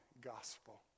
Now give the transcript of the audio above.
gospel